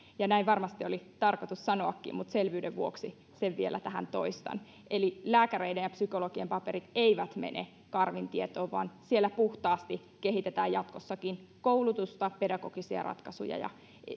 näin varmasti oli tarkoitus sanoakin mutta selvyyden vuoksi sen vielä tähän toistan eli lääkäreiden ja psykologien paperit eivät mene karvin tietoon vaan siellä puhtaasti kehitetään jatkossakin koulutusta pedagogisia ratkaisuja ja